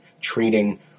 treating